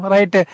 Right